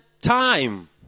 time